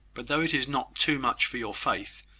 but though it is not too much for your faith,